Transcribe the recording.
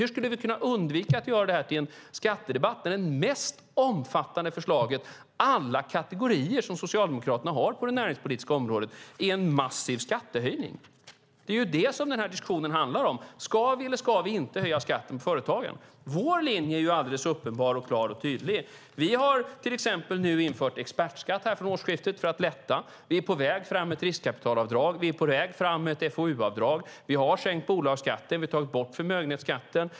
Hur skulle vi kunna undvika att göra det här till en skattedebatt när det mest omfattande förslaget alla kategorier som Socialdemokraterna har på det näringspolitiska området är en massiv skattehöjning? Det är ju det som den här diskussionen handlar om: Ska vi eller ska vi inte höja skatten på företagen? Vår linje är alldeles uppenbar, klar och tydlig. Vi har till exempel infört expertskatt vid årsskiftet för att lätta på trycket. Vi är på väg fram med ett riskkapitalavdrag. Vi är på väg fram med ett FoU-avdrag. Vi har sänkt bolagsskatten. Vi har tagit bort förmögenhetsskatten.